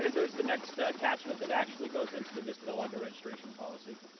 and there's the next attachment that actually goes into the vista del lago registration policy.